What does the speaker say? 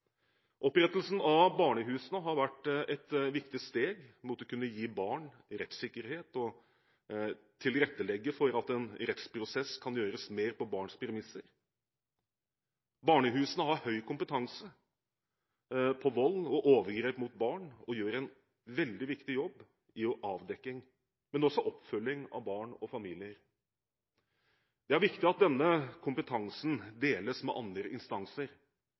Opprettelsen av barnehusene har vært et viktig steg mot å kunne gi barn rettssikkerhet og tilrettelegge for at en rettsprosess kan gjøres mer på barns premisser. Barnehusene har høy kompetanse på vold og overgrep mot barn og gjør en veldig viktig jobb i avdekking, men også oppfølging av barn og familier. Det er viktig at denne kompetansen deles med andre instanser